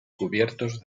cubiertos